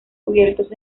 cubiertos